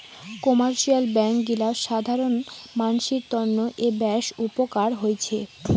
commercial bank গিলা সাধারণ মানসির তন্ন এ বেশ উপকার হৈছে